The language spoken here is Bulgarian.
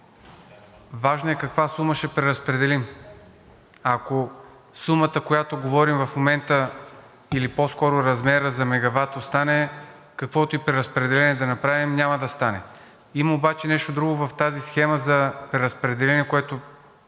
важно е каква сума ще преразпределим. Ако сумата, за която говорим в момента, или по-скоро размерът за мегават остане, каквото и преразпределение да направим, няма да стане. Има обаче нещо друго в тази схема за преразпределение, която,